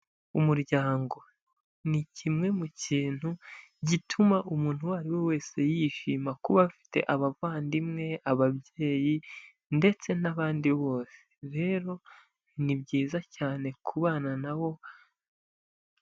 Umuryango ni kimwe mu kintu gituma umuntu uwo ari we wese yishima kuba afite abavandimwe, ababyeyi ndetse n'abandi bose. Rero ni byiza cyane kubana na wo.